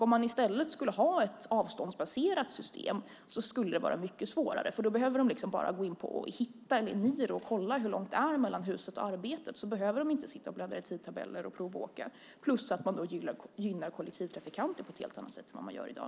Om man i stället skulle ha ett avståndsbaserat system skulle det vara mycket svårare. Då skulle Skatteverket bara behöva gå in på Hitta eller Eniro och kolla hur långt det är mellan huset och arbetet. De skulle då inte behöva sitta och bläddra i tidtabeller och provåka. Dessutom skulle man då gynna kollektivtrafikanter på ett helt annat sätt än man gör i dag.